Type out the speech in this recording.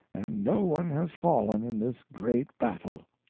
and no one has fallen in this great battle.